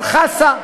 כל חסה,